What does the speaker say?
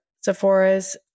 Sephora's